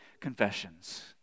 confessions